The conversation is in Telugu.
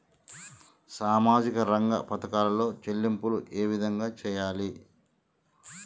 సామాజిక రంగ పథకాలలో చెల్లింపులు ఏ విధంగా చేయాలి?